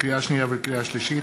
לקריאה שנייה ולקריאה שלישית: